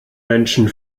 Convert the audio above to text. menschen